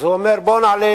אז הוא אומר, בואו נעלה